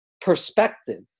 perspective